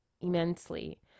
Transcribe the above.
immensely